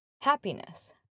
happiness